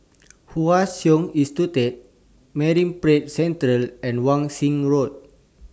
Hwa Chong Institution Marine Parade Central and Wan Shih Road